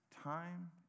time